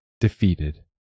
defeated